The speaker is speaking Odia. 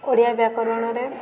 ଓଡ଼ିଆ ବ୍ୟାକରଣରେ